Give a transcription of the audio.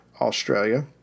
Australia